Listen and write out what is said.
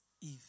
Eve